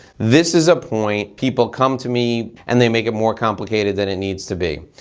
this is a point people come to me and they make it more complicated than it needs to be.